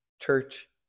church